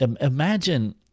imagine